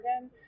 again